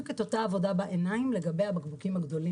אותה עבודה בעיניים לגבי הבקבוקים הקטנים.